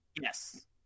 yes